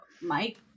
mike